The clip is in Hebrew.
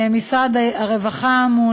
משרד הרווחה אמון,